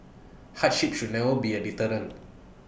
hardship should never be A deterrent